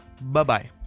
Bye-bye